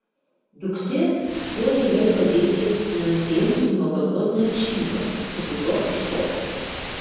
duktė puolė jai padėti nenusiėmusi nuo galvos net šydo su kuriuo šoko